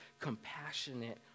compassionate